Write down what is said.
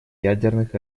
ядерных